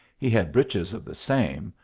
he had breeches of the same,